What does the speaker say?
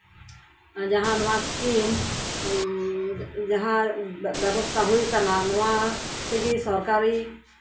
ᱡᱟᱦᱟᱸ ᱱᱚᱣᱟ ᱥᱠᱤᱢ ᱡᱟᱦᱟᱸ ᱵᱮᱵᱚᱥᱛᱷᱟ ᱦᱩᱭ ᱠᱟᱱᱟ ᱱᱚᱣᱟ ᱛᱮᱜᱮ ᱥᱚᱨᱠᱟᱨᱤ